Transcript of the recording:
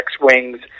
wings